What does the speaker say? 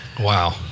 Wow